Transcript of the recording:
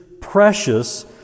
precious